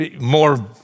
more